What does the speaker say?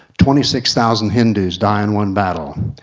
twenty six thousand hindus die in one battle.